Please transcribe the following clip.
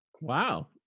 Wow